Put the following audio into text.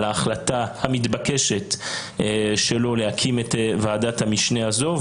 ההחלטה המתבקשת להקים את וועדת המשנה הזו,